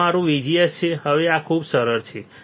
આ મારું VGS છે હવે આ ખૂબ સરળ છે